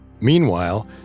Meanwhile